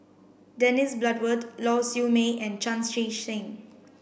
Dennis Bloodworth Lau Siew Mei and Chan Chee Seng